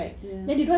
ya